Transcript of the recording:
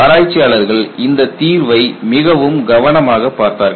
ஆராய்ச்சியாளர்கள் இந்த தீர்வை மிகவும் கவனமாகப் பார்த்தார்கள்